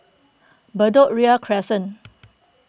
Bedok Ria Crescent